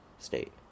State